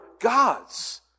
gods